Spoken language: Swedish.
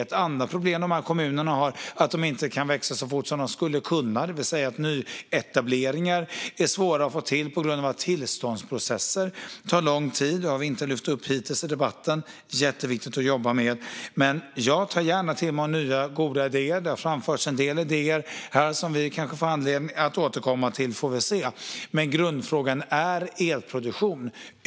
Ett annat problem dessa kommuner har är nämligen att de inte kan växa så fort som de skulle kunna, det vill säga att nyetableringar är svåra att få till på grund av att tillståndsprocesser tar lång tid. Det har vi inte lyft upp hittills i debatten, men det är jätteviktigt att jobba med. Jag tar gärna till mig av nya goda idéer. Det har framförts en del idéer här som vi kanske får anledning att återkomma till. Vi får väl se. Men grundfrågan är elproduktion.